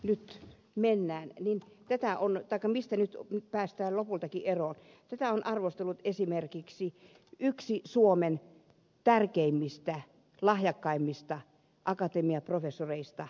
nyt mennään vielä että tätä järjestelmää mistä nyt päästään lopultakin eroon on arvostellut esimerkiksi yksi suomen tärkeimmistä lahjakkaimmista akatemiaprofessoreista